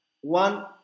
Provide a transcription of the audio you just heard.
one